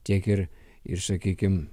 tiek ir ir sakykim